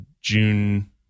June